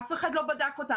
אף אחד לא בדק אותם.